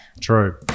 True